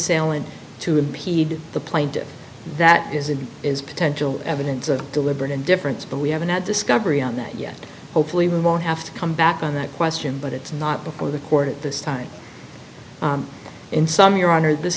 assailant to impede the plaintiff that is in is potential evidence of deliberate indifference but we haven't had discovery on that yet hopefully we won't have to come back on that question but it's not before the court at this time in some your honor this